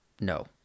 No